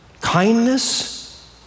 kindness